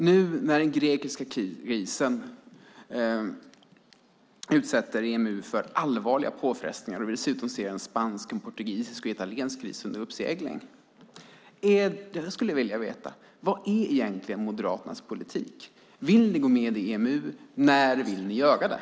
Nu när den grekiska krisen utsätter EMU för allvarliga påfrestningar och vi dessutom ser en spansk, portugisisk och italiensk kris under uppsegling skulle jag vilja veta: Vad är egentligen Moderaternas politik? Vill ni gå med i EMU, och när vill ni göra det?